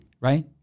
right